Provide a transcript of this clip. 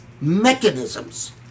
mechanisms